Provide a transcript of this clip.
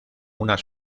unas